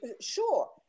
sure